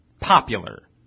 popular